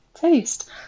Taste